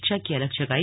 क्षा की अलख जगाई